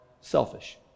selfish